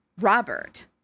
Robert